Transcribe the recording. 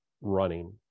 running